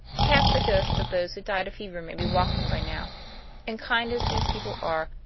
half the ghosts of those who died of fever may be walking by now and kind as these people are,